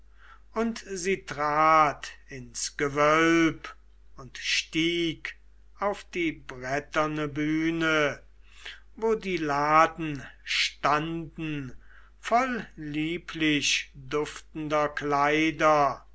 und sie trat ins gewölb und stieg auf die bretterne bühne wo die laden standen voll lieblichduftender kleider